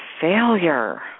failure